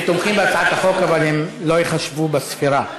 הם תומכים בהצעת החוק, אבל הם לא ייחשבו בספירה.